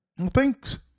Thanks